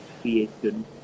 creation